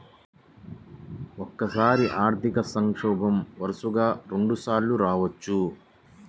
ఒక్కోసారి ఆర్థిక సంక్షోభం వరుసగా రెండుసార్లు రావచ్చు